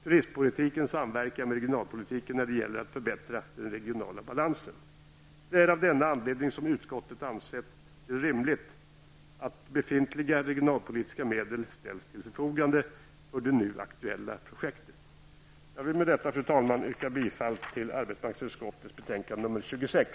Turistpolitiken samverkar med regionalpolitiken när det gäller att förbättra den regionala balansen. Det är av denna anledning som utskottet ansett det rimligt att befintliga regionalpolitiska medel ställs till förfogande för det nu aktuella projektet. Jag vill med detta, fru talman, yrka bifall till arbetsmarknadsutskottets hemställan i betänkande nr 26.